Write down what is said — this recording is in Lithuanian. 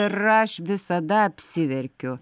ir aš visada apsiverkiu